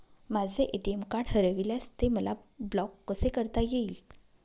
माझे ATM card हरविल्यास ते मला ब्लॉक कसे करता येईल?